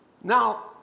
Now